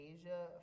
Asia